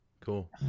cool